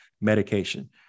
medication